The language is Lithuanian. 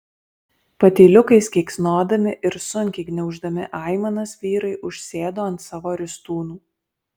patyliukais keiksnodami ir sunkiai gniauždami aimanas vyrai užsėdo ant savo ristūnų